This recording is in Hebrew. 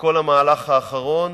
בכל המהלך האחרון